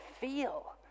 feel